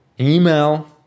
email